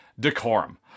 Decorum